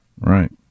Right